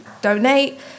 donate